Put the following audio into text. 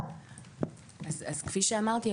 כפי שאמרתי,